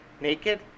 naked